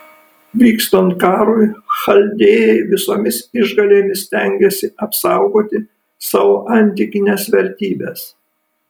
vykstant karui chaldėjai visomis išgalėmis stengiasi apsaugoti savo antikines vertybes